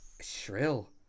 shrill